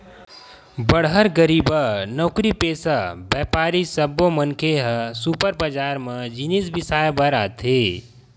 बड़हर, गरीबहा, नउकरीपेसा, बेपारी सब्बो मनखे ह सुपर बजार म जिनिस बिसाए बर आथे